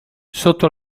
sotto